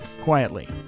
quietly